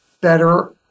better